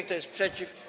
Kto jest przeciw?